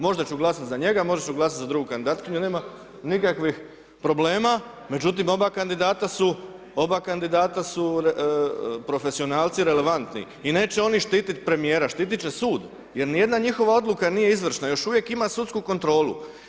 Možda ću glasati za njega, možda ću glasati za drugu kandidatkinju, nema nikakvih problema, međutim, oba kandidata su profesionalci relevantni i neće oni štiti premjera, štiti će sud, jer ni jedna njihova odluka nije izvršna, još uvijek ima sudsku kontrolu.